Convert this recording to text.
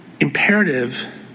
imperative